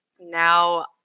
Now